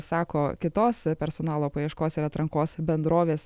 sako kitos personalo paieškos ir atrankos bendrovės